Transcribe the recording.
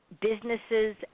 businesses